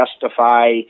justify